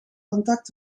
contact